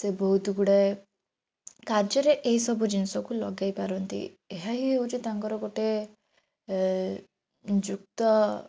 ସେ ବହୁତ ଗୁଡ଼ାଏ କାର୍ଯ୍ୟରେ ଏହିସବୁ ଜିନିଷକୁ ଲଗାଇ ପାରନ୍ତି ଏହାହି ହେଉଛି ତାଙ୍କର ଗୋଟେ ଯୁକ୍ତ